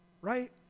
right